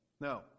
No